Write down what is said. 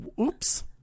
Oops